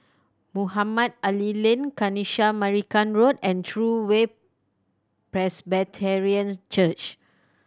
Mohamed Ali Lane Kanisha Marican Road and True Way Presbyterian Church